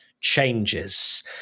changes